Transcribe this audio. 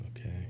Okay